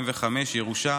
ירושה.